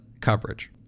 coverage